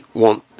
want